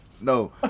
No